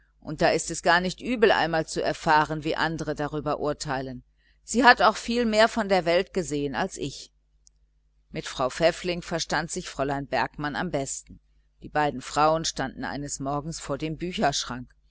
und da ist es gar nicht übel einmal zu erfahren wie andere darüber urteilen sie hat auch viel mehr von der welt gesehen als ich mit frau pfäffling verstand sich fräulein bergmann am besten die beiden frauen standen eines morgens vor dem bücherschrank